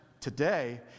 today